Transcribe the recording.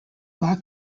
black